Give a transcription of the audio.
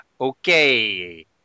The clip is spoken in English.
okay